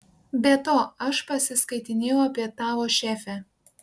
be to aš pasiskaitinėjau apie tavo šefę